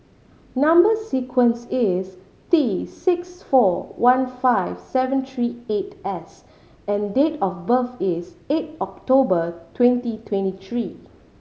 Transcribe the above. number sequence is T six four one five seven three eight S and date of birth is eight October twenty twenty three